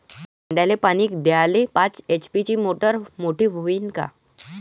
कांद्याले पानी द्याले पाच एच.पी ची मोटार मोटी व्हईन का?